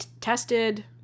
tested